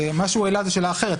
מה שהוא העלה זה שאלה אחרת.